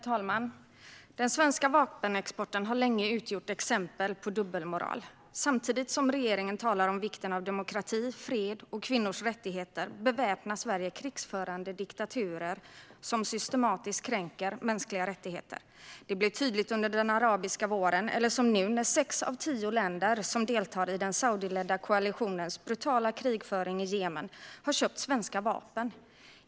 Herr talman! Den svenska vapenexporten har länge utgjort exempel på dubbelmoral. Samtidigt som regeringen talar om vikten av demokrati, fred och kvinnors rättigheter beväpnar Sverige krigförande diktaturer som systematiskt kränker mänskliga rättigheter. Det blev tydligt såväl under den arabiska våren som nu, när sex av tio länder som deltar i den Saudiledda koalitionens brutala krigföring i Jemen har köpt svenska vapen.